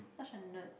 such a nerd